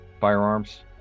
firearms